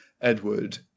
Edward